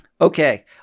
okay